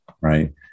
Right